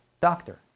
doctor